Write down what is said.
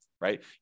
right